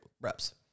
reps